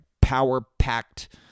power-packed